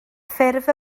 ffurf